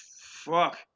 fuck